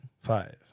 Five